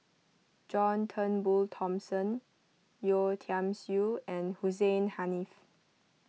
John Turnbull Thomson Yeo Tiam Siew and Hussein Haniff